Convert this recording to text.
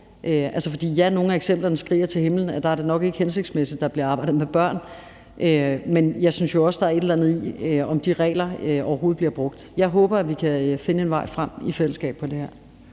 nogle af eksemplerne skriger til himlen, at der er det nok ikke hensigtsmæssigt, at der bliver arbejdet med børn, men jeg synes jo også, der er et eller andet om, om de regler overhovedet bliver brugt. Jeg håber, at vi kan finde en vej frem i fællesskab på det her